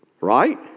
right